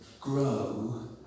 grow